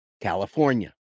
California